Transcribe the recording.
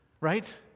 Right